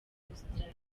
australia